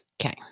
Okay